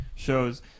shows